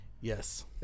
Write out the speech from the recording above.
Yes